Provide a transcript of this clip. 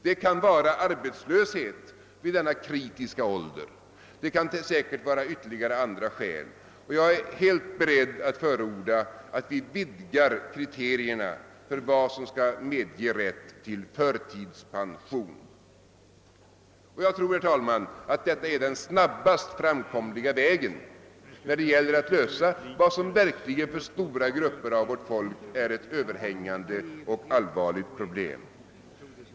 Det kan vara arbetslöshet vid denna kritiska ålder, och det kan säkerligen vara andra skäl. Jag är helt beredd förorda att vi vidgar kriterierna för vad som skall medge rätt till förtidspension. Jag tror, herr talman, att detta är den snabbast framkomliga vägen när det gäller att lösa vad som verkligen för stora grupper av vårt folk är ett överhängande och allvarligt problem.